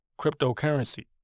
cryptocurrency